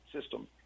system